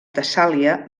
tessàlia